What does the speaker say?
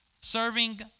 serving